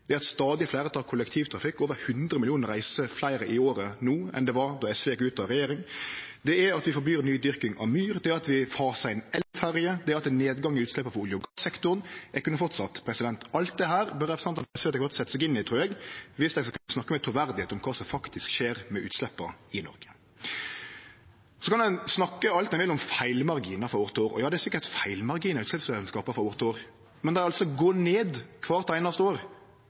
Det er at stadig fleire nyttar kollektivtrafikktilbodet – over 100 millionar fleire reiser i året no enn då SV gjekk ut av regjering. Det er at vi forbyr nydyrking av myr, at vi fasar inn elferjer, at vi har hatt ein nedgang i olje- og gassektoren – eg kunne halde fram. Alt dette bør representantane frå SV setje seg godt inn i om dei skal snakke med truverde om kva som faktisk skjer med utsleppa i Noreg. Ein kan snakke alt ein vil om feilmarginar frå år til år. Ja, det er sikkert feilmarginar i utsleppsrekneskapa frå år til år, men det går altså ned kvart einaste år.